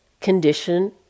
condition